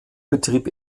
betrieb